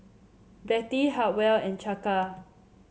Bettie Hartwell and Chaka